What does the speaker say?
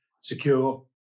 secure